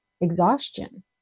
exhaustion